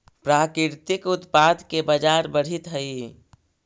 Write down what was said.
प्राकृतिक उत्पाद के बाजार बढ़ित हइ